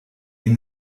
ils